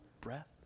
breath